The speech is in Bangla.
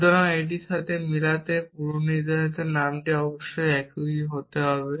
সুতরাং অবশ্যই এটির সাথে এটি মিলাতে পূর্বনির্ধারিত নামটি অবশ্যই একই হতে হবে